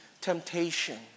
temptation